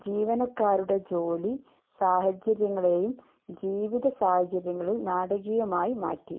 ജീവനക്കാരുടെ ജോലി സാഹചര്യങ്ങളെയും ജീവിത സാഹചര്യങ്ങളും നാടകീയമായി മാറ്റി